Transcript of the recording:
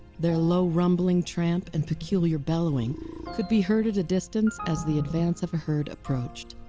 their low, rumbling tramp and peculiar bellowing could be heard at a distance as the advance of a herd approached.